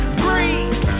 breathe